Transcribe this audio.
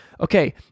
okay